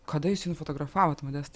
kada jūs jį nufotografavot modestai